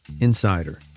insider